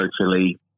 socially